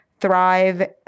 thrive